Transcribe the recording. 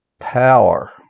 power